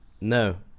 No